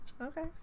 Okay